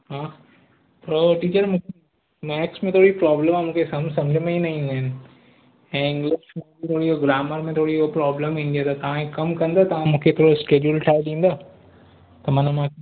हा थोरो टीचर मूंखे मैक्स में थोरी प्रोब्लम आहे मूंखे सम समुझ में ई न ईंदा आहिनि ऐं इंग्लिश में मूंखे थोरी ग्रामर में थोरी उहा प्रोब्लम ईंदी आहे त तव्हां हिकु कमु कंदव तव्हां मूंखे थोरो स्केड्युल ठाहे ॾींदा त माना मां